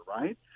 right